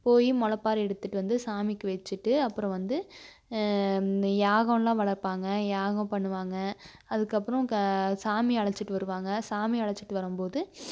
போய் முளப்பாறை எடுத்துகிட்டு வந்து சாமிக்கு வச்சிட்டு அப்புறோம் வந்து இந்த யாகம்லாம் வளர்ப்பாங்க யாகம் பண்ணுவாங்க அதுக்கப்புறோம் க சாமியை அழைச்சிட்டு வருவாங்க சாமியை அழைச்சிட்டு வரம்போது